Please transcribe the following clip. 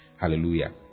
Hallelujah